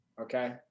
Okay